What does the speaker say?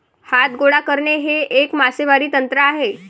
हात गोळा करणे हे एक मासेमारी तंत्र आहे